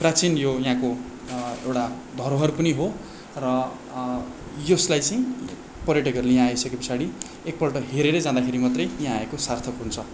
प्राचीन यो यहाँको एउटा धरोहर पनि हो र यसलाई चाहिँ पर्यटकहरूले यहाँ आइसके पछाडि एकपल्ट हेरेरै जाँदाखेरि मात्रै यहाँ आएको सार्थक हुन्छ